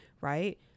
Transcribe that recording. right